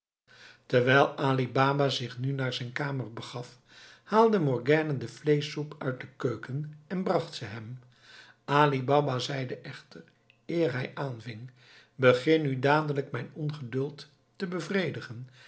terwijl ali baba zich nu naar zijn kamer begaf haalde morgiane de vleeschsoep uit de keuken en bracht ze hem ali baba zeide echter eer hij aanving begin nu dadelijk mijn ongeduld te bevredigen